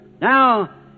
Now